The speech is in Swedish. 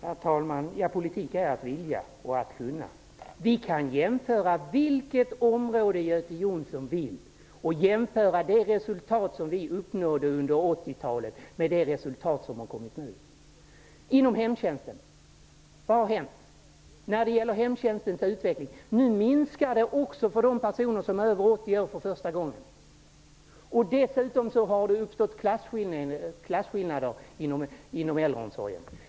Herr talman! Politik är att vilja och att kunna. Vi kan ta vilket område Göte Jonsson vill och jämföra de resultat som vi uppnådde under 80-talet med de resultat som har kommit nu. 80 år. Dessutom har klasskillnader uppstått inom äldreomsorgen.